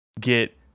get